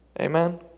Amen